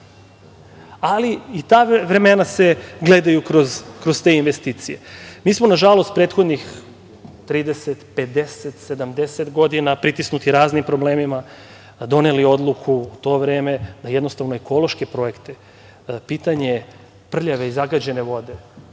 ali i ta vremena se gledaju kroz te investicije. Mi smo nažalost prethodnih 30, 50, 70 godina pritisnuti raznim problemima doneli odluku u to vreme da jednostavno ekološke projekte, pitanje prljave i zagađene vode